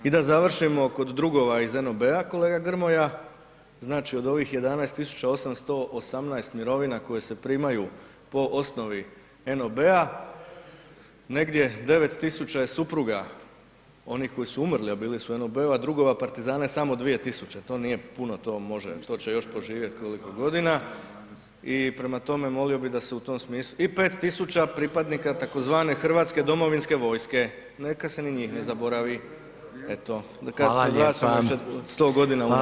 I da završimo kod drugova iz NOB-a, kolega Grmoja, znači od ovih 11 818 mirovina koje se primaju po osnovi NOB-a, negdje 9000 je supruga onih koji su umrli a bili su u NOB-u a drugova partizana je samo 2000, to nije puno, to će još poživjeti koliko godina i prema tome, molio bi da se u tom smislu, i 5000 pripadnika tzv. Hrvatske domovinske vojske, neka se ni njih ne zaboravi, eto ... 100 g. unazad.